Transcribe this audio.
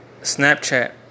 Snapchat